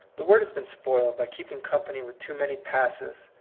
the word has been spoiled by keeping company with too many passive,